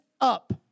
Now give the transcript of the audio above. up